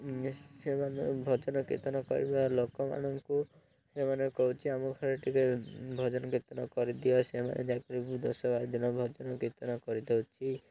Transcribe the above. ସେମାନେ ଭଜନ କୀର୍ତ୍ତନ କରିବା ଲୋକମାନଙ୍କୁ ସେମାନେ କହୁଛି ଆମ ଘରେ ଟିକେ ଭଜନ କୀର୍ତ୍ତନ କରିଦିଅ ସେମାନେ ଯାଇକରି ଦଶ ବାର ଦିନ ଭଜନ କୀର୍ତ୍ତନ କରିଦେଉଛି